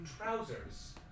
trousers